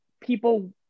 people